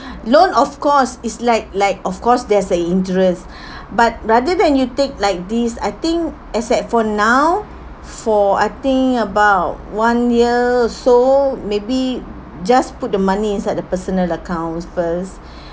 loan of course is like like of course there's a interest but rather than you take like this I think as at for now for I think about one year so maybe just put the money inside the personal account first